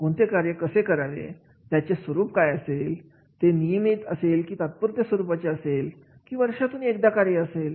कोणते कार्य कसे करावे त्याचे स्वरूप काय असेल ती नियमित असेल की तात्पुरत्या स्वरूपाचे असेल की वर्षातून एकदा हे कार्य असेल